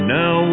now